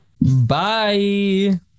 Bye